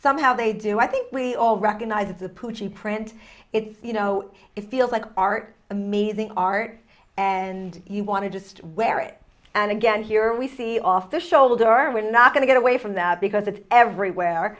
somehow they do i think we all recognize it's a pucci print it's you know it feels like art amazing art and you want to just wear it and again here we see off the shoulder we're not going to get away from that because it's everywhere